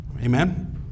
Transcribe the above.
Amen